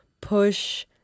push